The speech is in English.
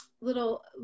little